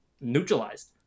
neutralized